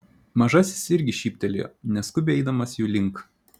mažasis irgi šyptelėjo neskubiai eidamas jų link